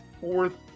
fourth